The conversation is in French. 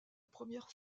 première